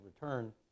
return